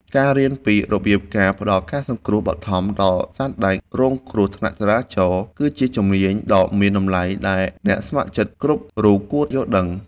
ការរៀនពីរបៀបការផ្ដល់ការសង្គ្រោះបឋមដល់សត្វដែលរងគ្រោះថ្នាក់ចរាចរណ៍ គឺជាជំនាញដ៏មានតម្លៃដែលអ្នកស្ម័គ្រចិត្តគ្រប់រូបគួរយល់ដឹង។